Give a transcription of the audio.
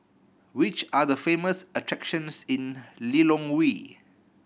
which are the famous attractions in Lilongwe